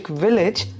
village